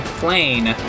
plane